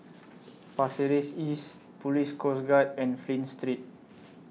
Pasir Ris East Police Coast Guard and Flint Street